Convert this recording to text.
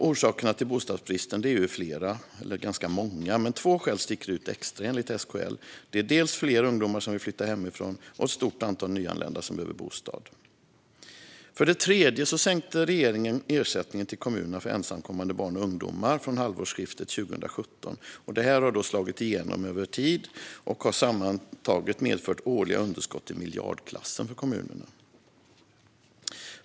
Orsakerna till bostadsbristen är många, men två skäl sticker ut, enligt SKL: Det är dels fler ungdomar som vill flytta hemifrån, dels ett stort antal nyanlända som behöver bostad. För det tredje sänkte regeringen ersättningen till kommunerna för ensamkommande barn och ungdomar från halvårsskiftet 2017. Detta har slagit igenom över tid och har sammantaget medfört årliga underskott i miljardklassen för kommunerna.